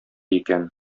икән